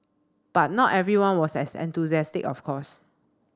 but not everyone was as enthusiastic of course